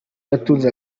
yatunze